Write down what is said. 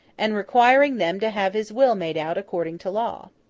and requiring them to have his will made out according to law.